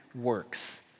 works